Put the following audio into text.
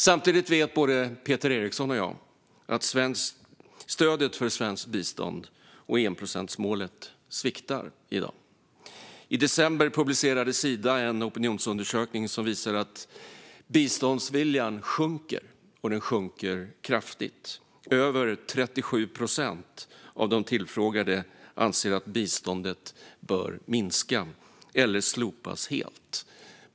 Samtidigt vet både Peter Eriksson och jag att stödet för svenskt bistånd och för enprocentsmålet sviktar i dag. I december publicerade Sida en opinionsundersökning som visade att biståndsviljan sjunker och att den sjunker kraftigt - över 37 procent av de tillfrågade ansåg att biståndet bör minska eller slopas helt.